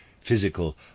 physical